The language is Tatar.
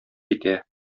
китә